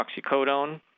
oxycodone